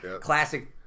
Classic